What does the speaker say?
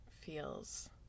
feels